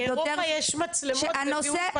באירופה יש מצלמות לזיהוי פנים בכל מקום.